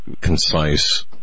concise